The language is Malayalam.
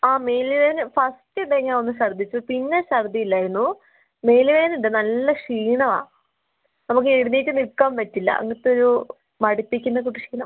ആ മേല് വേദന ഫസ്റ്റ് ഡേ ഞാനൊന്ന് ഛർദിച്ചു പിന്നെ ഛർദി ഇല്ലായിരുന്നു മേല് വേദന ഉണ്ട് നല്ല ക്ഷീണമാ നമുക്ക് എഴുനേറ്റ് നിക്കാൻ പറ്റില്ല അങ്ങനത്തെ ഒരു മടുപ്പിക്കുന്ന പോലത്തെ ക്ഷീണം